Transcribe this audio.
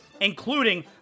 including